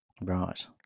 Right